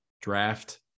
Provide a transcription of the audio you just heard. draft